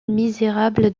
misérable